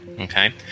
Okay